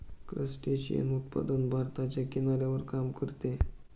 crustacean उत्पादन भारताच्या किनाऱ्यावर काम करते